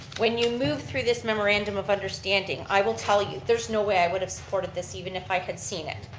when you move through this memorandum of understanding, i will tell you, there's no way i would have supported this even if i had seen it,